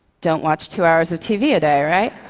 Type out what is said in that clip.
don't watch two hours of tv a day, right?